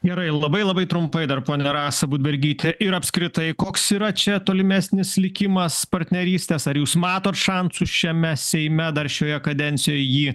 gerai labai labai trumpai dar ponia rasa budbergyte ir apskritai koks yra čia tolimesnis likimas partnerystės ar jūs matot šansų šiame seime dar šioje kadencijoj jį